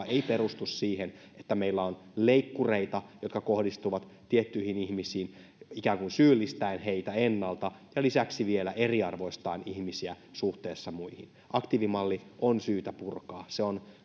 ei perustu se että meillä on leikkureita jotka kohdistuvat tiettyihin ihmisiin ikään kuin syyllistäen heitä ennalta ja lisäksi vielä eriarvoistaen ihmisiä suhteessa muihin aktiivimalli on syytä purkaa se on